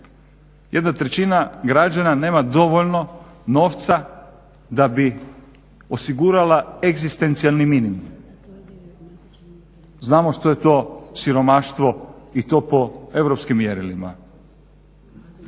s krajem, 1/3 građana nema dovoljno novca da bi osigurala egzistencijalni minimum. Znamo što je to siromaštvo i to po europskim mjerilima.